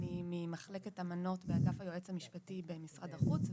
אני ממחלקת אמנות באגף היועץ המשפטי במשרד החוץ.